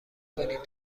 کنین